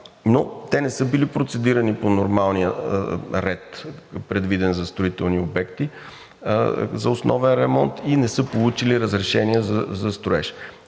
но те не са били процедирани по нормалния ред, предвиден за строителни обекти, а за основен ремонт, и не са получили разрешение за строеж.